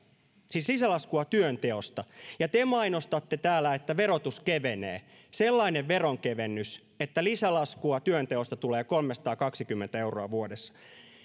siis lisälaskua työnteosta ja te mainostatte täällä että verotus kevenee sellainen veronkevennys että lisälaskua työnteosta tulee kolmesataakaksikymmentä euroa vuodessa